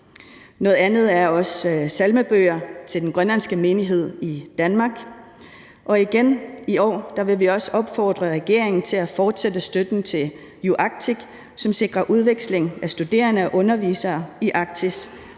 Noget tredje er salmebøger til den grønlandske menighed i Danmark. Igen i år vil vi opfordre regeringen til at fortsætte støtten til UArctic, som sikrer udveksling af studerende og undervisere i Arktis,